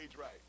right